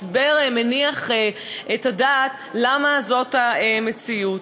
הסבר מניח את הדעת למה זאת המציאות.